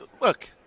look